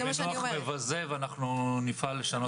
זה מינוח מבזה ואנחנו נפעל לשנות אותו.